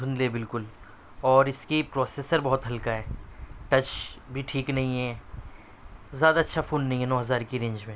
دھندلے بالکل اور اس کی پروسیسر بہت ہلکا ہے ٹچ بھی ٹھیک نہیں ہے زیادہ اچھا فون نہیں ہے نو ہزار کے رینج میں